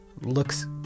looks